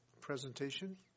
presentation